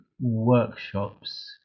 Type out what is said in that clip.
workshops